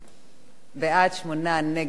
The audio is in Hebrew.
שמונה בעד, שניים נגד,